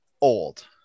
old